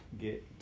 get